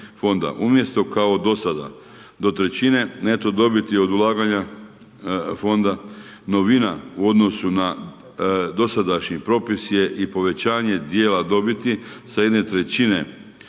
Umjesto kao dosada, do 1/3 neto dobiti od ulaganja fonda novina u odnosu na dosadašnji propis je i povećanja djela dobiti sa 1/3 na